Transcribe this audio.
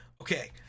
okay